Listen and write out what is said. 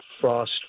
frost